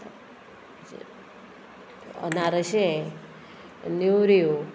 अनारशें नेवऱ्यो